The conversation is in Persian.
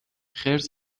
خرس